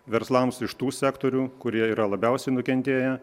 verslams iš tų sektorių kurie yra labiausiai nukentėję